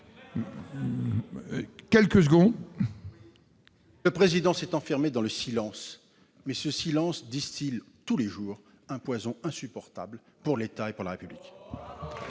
quelques secondes. Le Président s'est enfermé dans le silence. Mais ce silence distille tous les jours un poison insupportable pour l'État et pour la République.